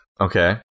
Okay